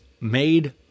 made